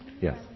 Yes